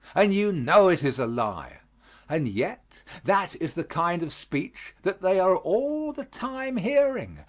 and you know it is a lie and yet that is the kind of speech that they are all the time hearing,